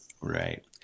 Right